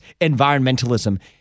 environmentalism